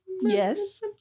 yes